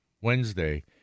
Wednesday